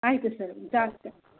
ಆಯಿತು ಸರ್ ಜಾತಕ